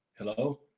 hello?